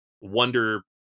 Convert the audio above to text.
wonder